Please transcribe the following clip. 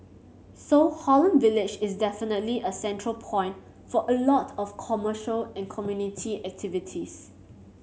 so Holland Village is definitely a central point for a lot of commercial and community activities